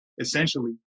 essentially